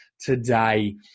today